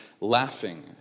laughing